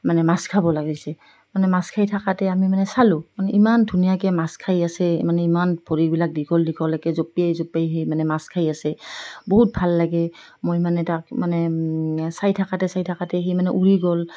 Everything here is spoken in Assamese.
মানে মাছ খাব লাগিছে মানে মাছ খাই থাকোঁতে আমি মানে চালোঁ মানে ইমান ধুনীয়াকৈ মাছ খাই আছে মানে ইমান ভৰিবিলাক দীঘল দীঘলকৈ জঁপিয়াই জঁপিয়াই সি মানে মাছ খাই আছে বহুত ভাল লাগে মই মানে তাক মানে চাই থাকোঁতে চাই থাকোঁতে সি মানে উৰি গ'ল